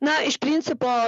na iš principo